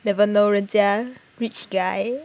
never know 人家 rich guy